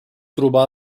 trobar